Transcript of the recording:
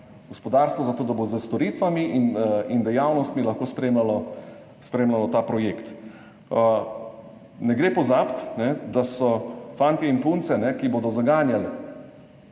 Gospodarstvo, zato da bo s storitvami in dejavnostmi lahko spremljalo ta projekt. Ne gre pozabiti, da so fantje in punce, ki bodo zaganjali